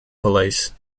police